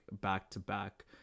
back-to-back